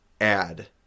add